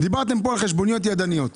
דיברתם כאן על חשבוניות ידניות.